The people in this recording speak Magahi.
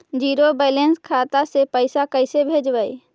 जीरो बैलेंस खाता से पैसा कैसे भेजबइ?